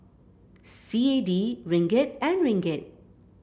C A D Ringgit and Ringgit